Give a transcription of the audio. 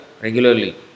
regularly